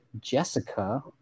Jessica